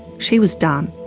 she was done.